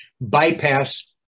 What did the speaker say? bypass